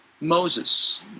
Moses